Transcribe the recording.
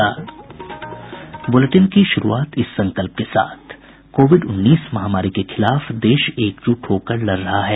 bulletin की शुरूआत इस संकल्प के साथ कोविड उन्नीस महामारी के खिलाफ देश एकजुट होकर लड़ रहा है